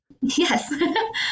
Yes